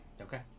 Okay